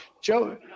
Joe